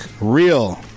Real